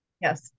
Yes